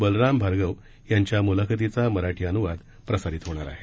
बलराम भार्गव यांच्या मुलाखतीचा मराठी अनुवाद प्रसारित होणार आहे